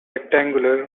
rectangular